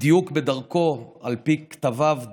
בדיוק בדרכו, על פי כתביו דאז?